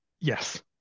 Yes